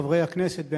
חברי הכנסת,